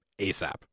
asap